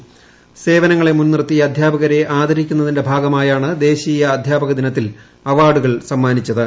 പ്രസ്സേവനങ്ങളെ മുൻ നിർത്തി അധ്യാപകരെ ആദരിക്കുന്നതിന്റെ ഭാഗമായിട്ടുണ്ട് ദേശീയ അധ്യാപകദിനത്തിൽ അവാർഡുകൾ സമ്മാനിച്ചത്